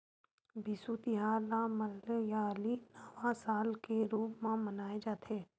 बिसु तिहार ल मलयाली नवा साल के रूप म मनाए जाथे